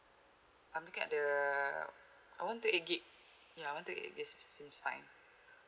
I'm looking at the uh one two eight gigabyte ya one two eight gigabyte seems fine